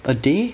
a day